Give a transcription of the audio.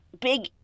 big